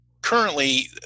Currently